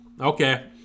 okay